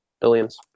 Billions